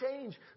Change